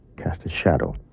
cast a shadow.